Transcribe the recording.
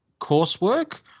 coursework